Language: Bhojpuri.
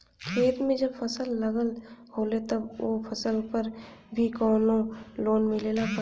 खेत में जब फसल लगल होले तब ओ फसल पर भी कौनो लोन मिलेला का?